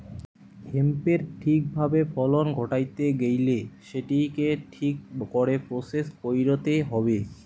হেম্পের ঠিক ভাবে ফলন ঘটাইতে গেইলে সেটিকে ঠিক করে প্রসেস কইরতে হবে